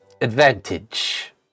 advantage